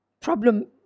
problem